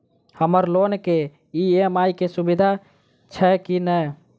हम्मर लोन केँ ई.एम.आई केँ सुविधा छैय की नै?